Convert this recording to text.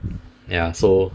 ya so